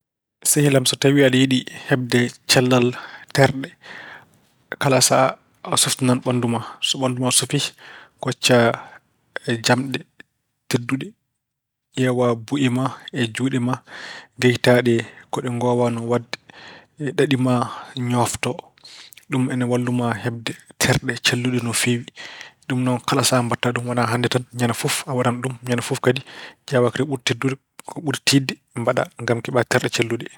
Sehil am, so tawi aɗa yiɗi heɓde cellal terɗe, kala sahaa a softinan ɓanndu ma. So ɓanndu ma sofii, koccaa jamɗe tedduɗe. Ƴeewaa bu'e ma e juuɗe ma, ngekitaaɗe ko ɗe ngowaani waɗde. Ɗaɗi ma ñoofto. Ɗum ina wallu ma heɓde, terɗe celluɗe no feewi. Ɗum noon kala sahaa mbaɗata ɗum. Wonaa hannde tan. Ñande fof a waɗan ɗum. Ñande fof kadi ƴeewa ko ko ɓuri teddude, ko ɓuri tiiɗde mbaɗa ngam keɓa terɗe celluɗe.